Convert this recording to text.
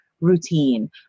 routine